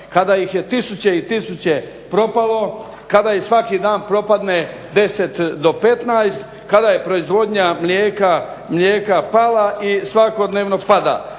kada ih je tisuće i tisuće propalo, kada ih svaki dan propadne 10 do 15, kada je proizvodnja mlijeka pala i svakodnevno pada.